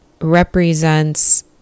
represents